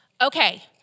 okay